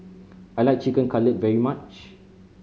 I like Chicken Cutlet very much